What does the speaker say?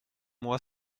moi